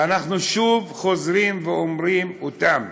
ואנחנו שוב חוזרים ואומרים אותן.